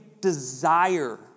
desire